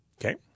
Okay